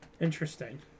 Interesting